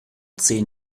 zehn